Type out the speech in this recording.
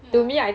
mm ya